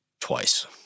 twice